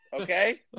Okay